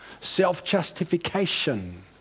self-justification